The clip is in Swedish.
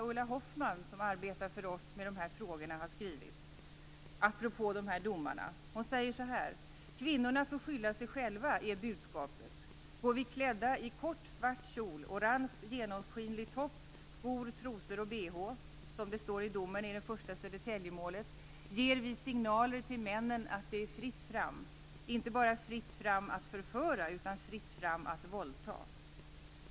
Ulla Hoffmann arbetar för oss med de här frågorna, och hon skriver så här apropå dessa domar: Kvinnorna får skylla sig själva, är budskapet. Går vi klädda i kort svart kjol, orange genomskinlig topp, skor, trosor och behå, som det står i domen i det första Södertäljemålet, ger vi signaler till männen att det är fritt fram, inte bara fritt fram att förföra utan fritt fram att våldta.